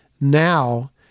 Now